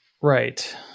Right